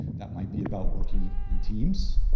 that might be about working in teams.